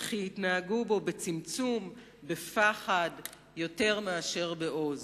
וכי יתנהגו בו בצמצום, בפחד יותר מאשר בעוז".